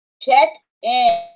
Check-In